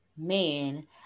man